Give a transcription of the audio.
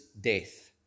death